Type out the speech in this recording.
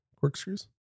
corkscrews